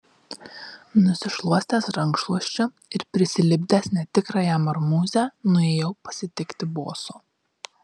nusišluostęs rankšluosčiu ir prisilipdęs netikrąją marmūzę nuėjau pasitikti boso